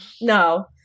no